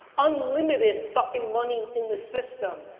unlimited fucking money in the system.